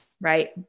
right